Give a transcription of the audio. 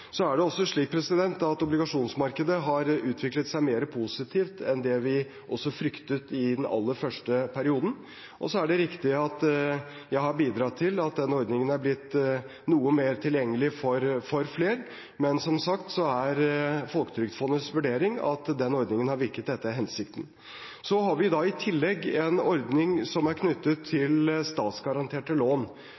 er også slik at obligasjonsmarkedet har utviklet seg mer positivt enn det vi også fryktet i den aller første perioden, og det er riktig at jeg har bidratt til at den ordningen har blitt noe mer tilgjengelig for flere. Men som sagt er Folketrygdfondets vurdering at den ordningen har virket etter hensikten. Vi har i tillegg en ordning som er knyttet til